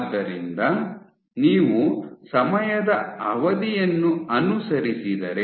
ಆದ್ದರಿಂದ ನೀವು ಸಮಯದ ಅವಧಿಯನ್ನು ಅನುಸರಿಸಿದರೆ